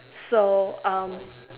so um